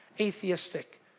atheistic